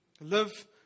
Live